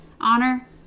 Honor